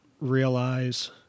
realize